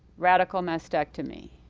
radical mastectomy,